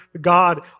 God